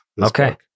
Okay